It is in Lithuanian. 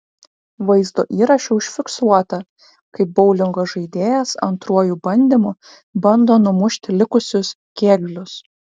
vaizdo įraše užfiksuota kaip boulingo žaidėjas antruoju bandymu bando numušti likusius kėglius